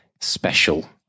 special